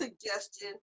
suggestion